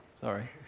Sorry